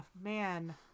man